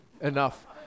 enough